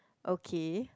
okay